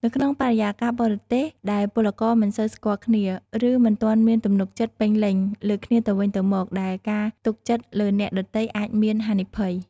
នៅក្នុងបរិយាកាសបរទេសដែលពលករមិនសូវស្គាល់គ្នា ឬមិនទាន់មានទំនុកចិត្តពេញលេញលើគ្នាទៅវិញទៅមកដែរ ការទុកចិត្តលើអ្នកដទៃអាចមាន ហានិភ័យ ។